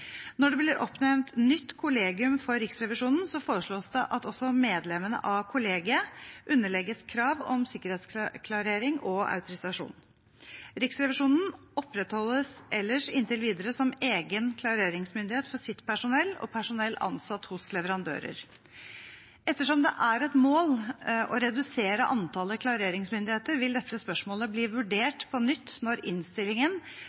Når det blir oppnevnt nytt kollegium for Riksrevisjonen, foreslås det at også medlemmene av kollegiet underlegges krav om sikkerhetsklarering og autorisasjon. Riksrevisjonen opprettholdes ellers inntil videre som egen klareringsmyndighet for sitt personell og personell som er ansatt hos leverandører. Ettersom det er et mål å redusere antallet klareringsmyndigheter, vil dette spørsmålet bli vurdert på nytt når innstillingen